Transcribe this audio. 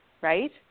right